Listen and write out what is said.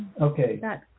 Okay